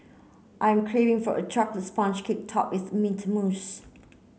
I'm craving for a chocolate sponge cake topped with mint mousse